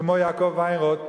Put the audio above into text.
כמו יעקב ויינרוט,